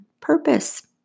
purpose